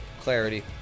clarity